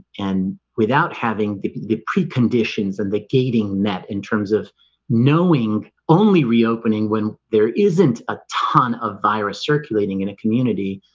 and without having the preconditions and the gating net in terms of knowing only reopening when there isn't a ton of virus circulating in a community